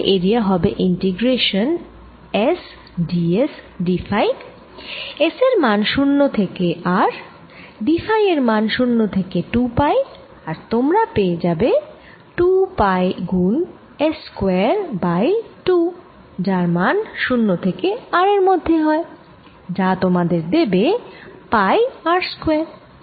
তাহলে এরিয়া হবে integration S d s d phi S এর মান 0 থেকে r d ফাই এর মান 0 থেকে 2 পাই আর তোমরা পেয়ে যাবে 2 পাই গুণ Sস্কয়ার বাই 2 যার মান 0 থেকে r এর মধ্যে হয় যা তোমাদের দেবে পাই r স্কয়ার